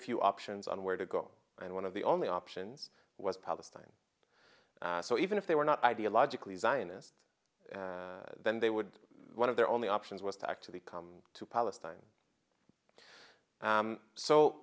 few options on where to go and one of the only options was palestine so even if they were not ideologically zionist then they would one of their only options was to actually come to palestine